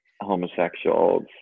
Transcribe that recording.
homosexuals